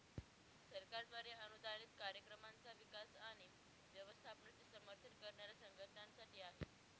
सरकारद्वारे अनुदानित कार्यक्रमांचा विकास आणि व्यवस्थापनाचे समर्थन करणाऱ्या संघटनांसाठी आहे